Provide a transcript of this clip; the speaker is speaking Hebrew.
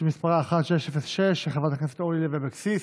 שמספרה פ/1606, של חברת הכנסת אורלי לוי אבקסיס.